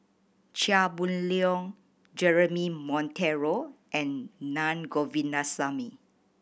Chia Boon Leong Jeremy Monteiro and Naa Govindasamy